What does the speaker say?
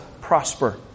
prosper